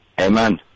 Amen